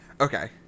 okay